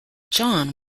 john